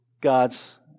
God's